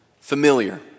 familiar